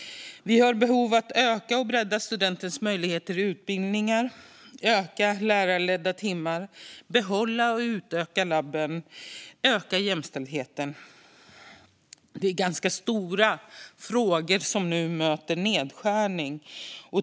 Vi har behov av att öka och bredda studenters möjligheter till utbildningar, öka antalet lärarledda timmar, behålla och utöka labben och öka jämställdheten. Det är ganska stora frågor, som nu möter nedskärning.